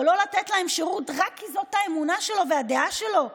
או לא לתת להם שירות רק כי זו האמונה שלו והדעה שלו,